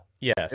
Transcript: Yes